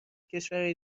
کشورای